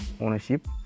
ownership